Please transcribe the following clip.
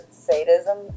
sadism